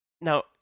Now